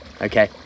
okay